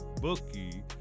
bookie